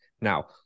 Now